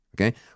okay